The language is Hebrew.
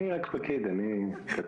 הינה, אני אומר את זה